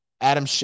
Adam